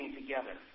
together